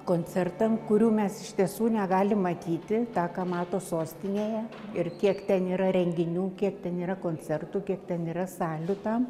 koncertam kurių mes iš tiesų negalim matyti tą ką mato sostinėje ir kiek ten yra renginių kiek ten yra koncertų kiek ten yra salių tam